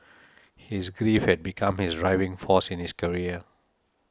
his grief had become his driving force in his career